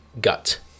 gut